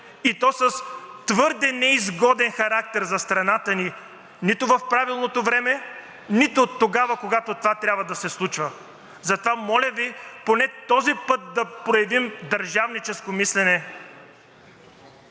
и то с твърде неизгоден характер за страната ни – нито в правилното време, нито тогава, когато това трябва да се случва. Затова, моля Ви, поне този път да проявим държавническо мислене.